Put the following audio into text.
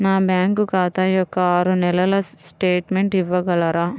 నా బ్యాంకు ఖాతా యొక్క ఆరు నెలల స్టేట్మెంట్ ఇవ్వగలరా?